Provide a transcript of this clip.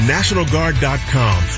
NationalGuard.com